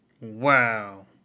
Wow